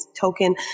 token